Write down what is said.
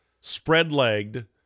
spread-legged